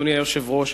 אדוני היושב-ראש,